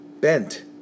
bent